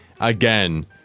again